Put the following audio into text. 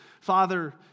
Father